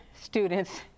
students